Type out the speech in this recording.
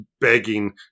begging